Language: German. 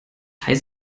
heißt